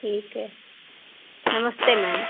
ठीक ऐ नमस्ते मैम